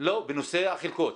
בנושא החלקות.